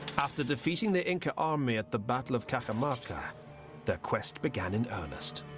after defeating the lnca army at the battle of cajamarca their quest began in earnest.